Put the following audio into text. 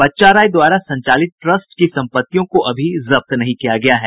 बच्चा राय द्वारा संचालित ट्रस्ट की संपत्तियों को अभी जब्त नहीं किया गया है